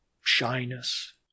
shyness